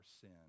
sin